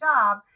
job